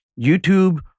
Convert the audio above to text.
YouTube